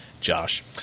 Josh